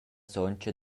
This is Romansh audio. sontga